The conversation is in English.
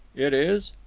it is.